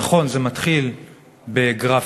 נכון, זה מתחיל בגרפיטי,